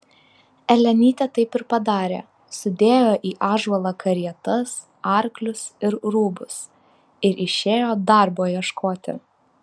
elenytė taip ir padarė sudėjo į ąžuolą karietas arklius ir rūbus ir išėjo darbo ieškoti